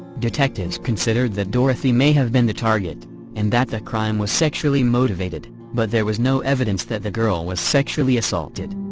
detectives considered that dorothy may have been the target and that the crime was sexually motivated, but there was no evidence that the girl was sexually assaulted.